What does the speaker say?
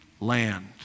land